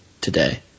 today